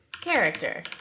character